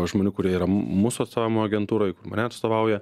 žmonių kurie yra mūsų atstovavimo agentūroj mane atstovauja